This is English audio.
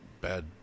bad